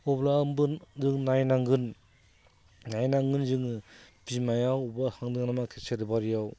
अब्लाबो दोननायनांगोन नायनांगोन जोङो बिमाया अबावबा थांदों नामा खेसारि बारियाव